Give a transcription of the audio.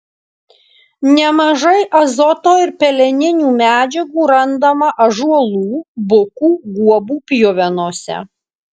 nemažai azoto ir peleninių medžiagų randama ąžuolų bukų guobų pjuvenose